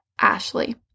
Ashley